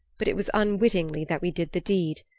but it was unwittingly that we did the deed.